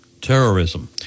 terrorism